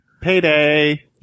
Payday